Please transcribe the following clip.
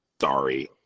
sorry